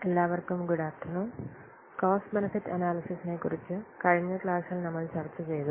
എല്ലാവർക്കും good afternoon cost benefit അനാല്യ്സിസിനെ കുറിച്ചു കഴിഞ്ഞ ക്ലാസ്സിൽ നമ്മൾ ചർച്ച ചെയ്തു